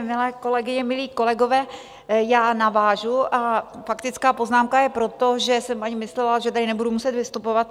Milé kolegyně, milí kolegové, já navážu a faktická poznámka je proto, že jsem myslela, že tady nebudu muset vystupovat.